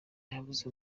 yabuze